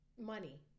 money